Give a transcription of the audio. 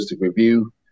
review